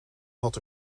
had